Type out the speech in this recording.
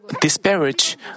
disparage